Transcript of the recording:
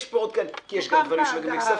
יש פה עוד כי יש דברים גם של כספים.